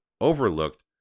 overlooked